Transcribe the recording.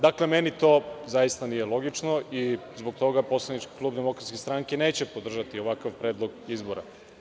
Dakle, meni to zaista nije logično i zbog toga poslanički klub DS neće podržati ovakav predlog izbora.